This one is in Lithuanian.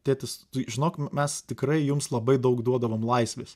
tėtis tu žinok mes tikrai jums labai daug duodavom laisvės